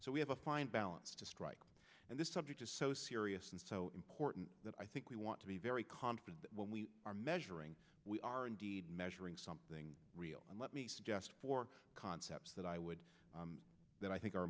so we have a fine balance to strike and this subject is so serious and so important that i think we want to be very confident when we are measuring we are indeed measuring something real and let me suggest for concepts that i would that i think are